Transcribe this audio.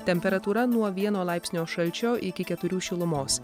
temperatūra nuo vieno laipsnio šalčio iki keturių šilumos